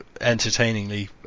entertainingly